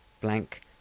Blank